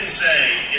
say